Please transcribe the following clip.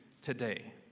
today